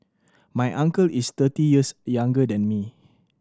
my uncle is thirty years younger than me